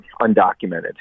undocumented